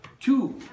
Two